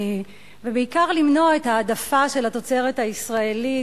ובעיקר למנוע את ההעדפה של התוצרת הישראלית,